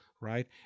right